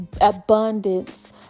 abundance